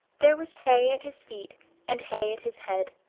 there was hay at his feet and hay at his head,